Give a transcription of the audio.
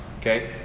okay